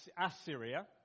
Assyria